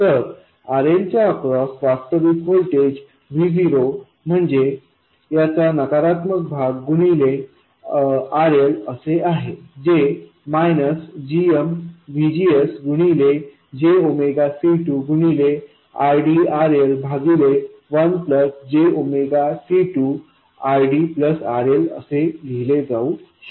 तर RL च्या across वास्तविक व्होल्टेज VOम्हणजे याचा नकारात्मक भाग गुणिले RLअसे आहे जे gmVGS गुणिले j C2 गुणिले RDRL भागिले 1 प्लस j C2 RDRL असे लिहिले जाऊ शकते